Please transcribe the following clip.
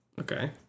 Okay